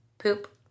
poop